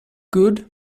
good